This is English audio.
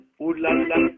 ooh-la-la